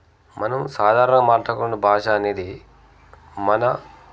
మనం సాధారణగా మాట్లాడుకొనే భాష అనేది మన